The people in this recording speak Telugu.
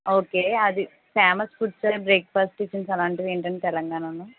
ఓకే అది famous foods and breakfast tiffins అలాంటివి ఏంటండి తెలంగాణలో